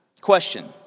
Question